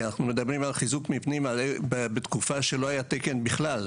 כי אנחנו מדברים על חיזוק מבנים בתקופה שלא היה תקן בכלל.